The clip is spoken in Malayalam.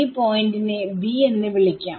ഈ പോയിന്റ് നെ bഎന്ന് വിളിക്കാം